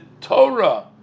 Torah